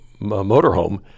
motorhome